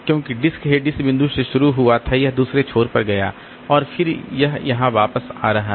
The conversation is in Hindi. क्योंकि डिस्क हेड इस बिंदु से शुरू हुआ था यह दूसरे छोर पर गया और फिर यह यहाँ वापस आ रहा है